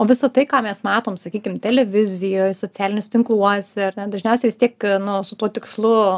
o visa tai ką mes matom sakykim televizijoj socialiniuose tinkluose ar ne dažniausia vis tiek nu su tuo tikslu